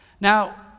Now